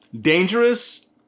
Dangerous